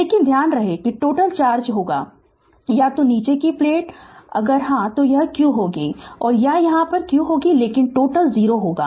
लेकिन ध्यान रहे कि टोटल चार्ज होगा या तो नीचे की प्लेटअगर हा तो यह q होगी या यहां क्यू होगी लेकिन टोटल 0 होगा